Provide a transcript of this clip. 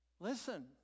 Listen